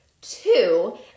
two